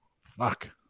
fuck